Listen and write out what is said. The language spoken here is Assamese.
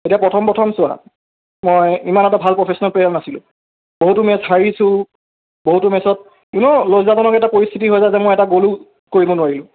এতিয়া প্ৰথম প্ৰথম চোৱা মই ইমান এটা ভাল প্ৰফেছনেল প্লেয়াৰ নাছিলোঁ বহুতো মেছ হাৰিছোঁ বহুতো মেছত ইউ ন লজ্জাজনক এটা পৰিস্থিতি হৈ যায় যে মই এটা গ'লো কৰিব নোৱাৰিলোঁ